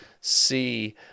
see